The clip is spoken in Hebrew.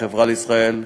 "החברה לישראל",